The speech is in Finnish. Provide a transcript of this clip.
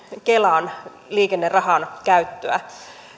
kelan liikennerahan käyttöä